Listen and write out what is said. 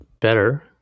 better